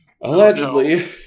allegedly